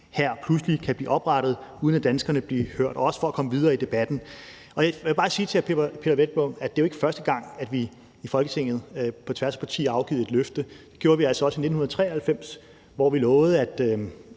EU-hær pludselig kan blive oprettet, uden at danskerne bliver hørt, og det er også for at komme videre i debatten. Jeg må bare sige til hr. Peder Hvelplund, at det jo ikke er første gang, at vi i Folketinget på tværs af partier har afgivet et løfte. Det gjorde vi altså også i 1993, hvor vi lovede